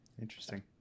interesting